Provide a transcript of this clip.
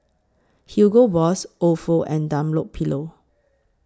Hugo Boss Ofo and Dunlopillo